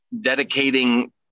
dedicating